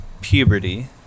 puberty